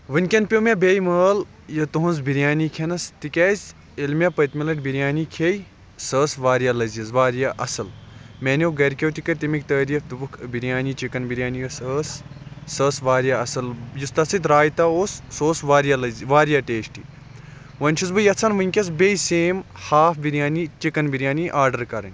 وٕنۍ کٮ۪ن پیو مےٚ بیٚیہِ مٲل یہِ تُہُنٛز بِریانی کھینَس تِکیازِ ییٚلہِ مےٚ پٕتمہِ لَٹہِ بِریانی کھیے سۄ ٲس واریاہ لٔزیٖز واریاہ اَصٕل مِیانیو گَرکیو تہِ کٔر تَمِیِک تعٲریٖف دوپُکھ بِریانی چِکن بریانی یۄس ٲس سۄ ٲس واریاہ اَصٕل یُس تَتھ سۭتۍ رایتا اوس سُہ اوس واریاہ لٔزیٖز واریاہ ٹیسٹی وۄنۍ چھُس بہٕ یَژھان وٕنۍ کیٚس بیٚیہِ same half biryani chicken biryani order کَرٕنۍ